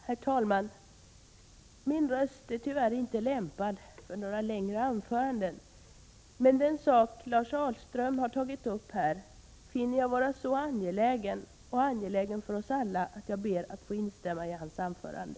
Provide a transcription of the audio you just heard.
Herr talman! Min röst är tyvärr inte lämpad för några längre anföranden. Men den sak som Lars Ahlström har tagit upp här finner jag vara så angelägen för oss alla att jag ber att få instämma i hans anförande.